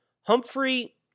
Humphrey